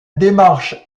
démarche